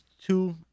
two